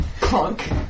punk